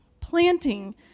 Planting